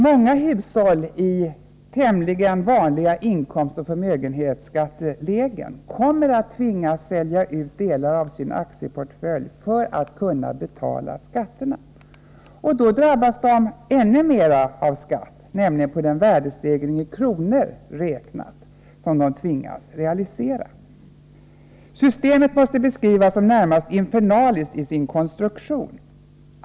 Många hushåll i tämligen vanliga inkomstoch förmögenhetsskattelägen kommer att tvingas sälja ut delar av sin aktieportfölj för att kunna betala skatten. Då drabbas de av ännu mera skatt, nämligen på den värdestegring i kronor räknat som de tvingas realisera. ”Systemet måste beskrivas som närmast infernaliskt i sin konstruktion.